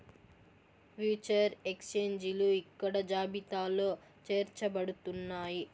future ఎక్స్చేంజిలు ఇక్కడ జాబితాలో చేర్చబడుతున్నాయి